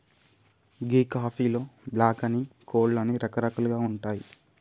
గీ కాఫీలో బ్లాక్ అని, కోల్డ్ అని రకరకాలుగా ఉంటాయి